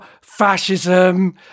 fascism